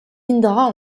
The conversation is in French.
indra